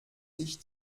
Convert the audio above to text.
sich